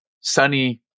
sunny